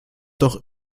doch